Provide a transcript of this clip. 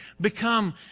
become